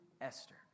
Esther